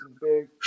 big